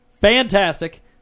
Fantastic